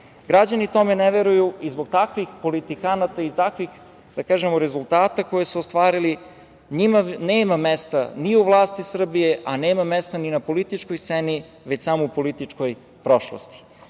magle. Građani tome ne veruju i zbog takvih politikanata i takvih, da kažemo, rezultata koje su ostvarili njima nema mesta ni u vlasti Srbije, a nema mesta ni na političkoj sceni, već samo u političkoj prošlosti. Hvala